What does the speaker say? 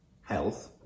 health